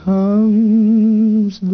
Comes